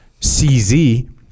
CZ